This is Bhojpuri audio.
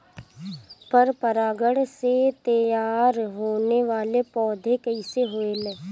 पर परागण से तेयार होने वले पौधे कइसे होएल?